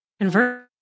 convert